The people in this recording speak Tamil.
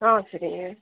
ஆ சரிங்க